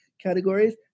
categories